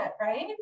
right